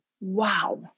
Wow